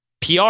PR